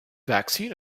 vaccine